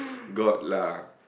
got lah